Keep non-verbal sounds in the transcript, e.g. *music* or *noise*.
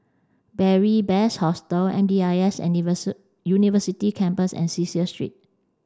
Beary Best Hostel M D I S *unintelligible* University Campus and Cecil Street